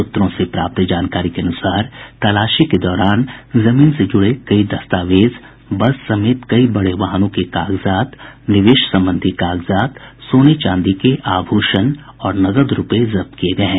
सूत्रों से प्राप्त जानकारी के अनुसार तलाशी के दौरान जमीन से जुड़े कई दस्तावेज बस समेत कई बड़े वाहनों के कागजात निवेश संबंधी कागजात सोने चांदी के आभूषण और नकद रूपये जब्त किये गये हैं